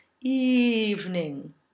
evening